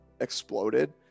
exploded